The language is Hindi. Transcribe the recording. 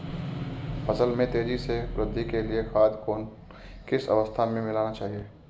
फसल में तेज़ी से वृद्धि के लिए खाद को किस अवस्था में मिलाना चाहिए?